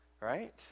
Right